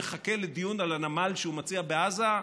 מחכה לדיון על הנמל שהוא מציע בעזה,